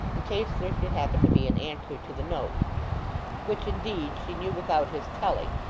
in case there should happen to be an answer to the note which, indeed, she knew without his telling,